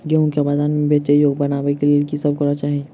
गेंहूँ केँ बजार मे बेचै योग्य बनाबय लेल की सब करबाक चाहि?